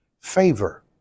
favor